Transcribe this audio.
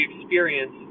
experience